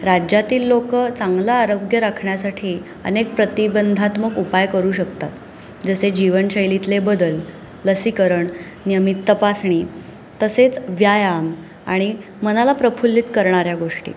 राज्यातील लोकं चांगलं आरोग्य राखण्यासाठी अनेक प्रतिबंधात्मक उपाय करू शकतात जसे जीवनशैलीतले बदल लसीकरण नियमित तपासणी तसेच व्यायाम आणि मनाला प्रफुल्लित करणाऱ्या गोष्टी